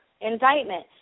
indictment